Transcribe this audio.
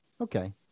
Okay